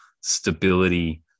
stability